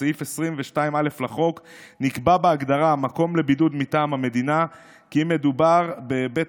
בסעיף 22א לחוק נקבע בהגדרה "מקום לבידוד מטעם המדינה" כי מדובר ב"בית